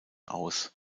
aus